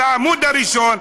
על העמוד הראשון,